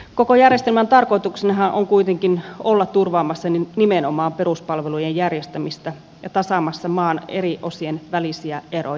koko järjestelmän tarkoituksenahan on kuitenkin olla turvaamassa nimenomaan peruspalvelujen järjestämistä ja tasaamassa maan eri osien välisiä eroja